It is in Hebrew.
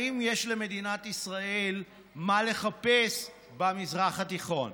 האם יש למדינת ישראל מה לחפש במזרח התיכון.